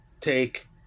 take